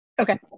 Okay